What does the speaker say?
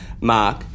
Mark